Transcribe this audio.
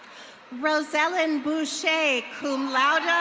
rosalyn boucher, cum laude,